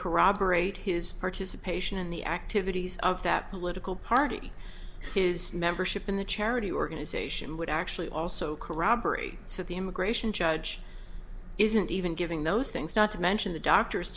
corroborate his participation in the activities of that political party his membership in the charity organization would actually also corroborate so the immigration judge isn't even giving those things not to mention the doctor